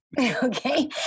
Okay